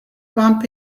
bump